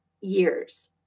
years